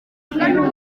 tukaziba